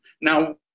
Now